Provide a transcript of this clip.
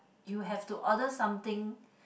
you have to order something